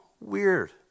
weird